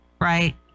right